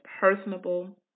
personable